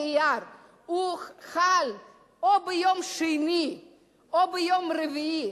באייר חל או ביום שני או ביום רביעי,